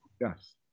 Yes